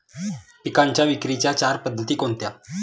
पिकांच्या विक्रीच्या चार पद्धती कोणत्या?